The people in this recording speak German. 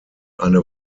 eine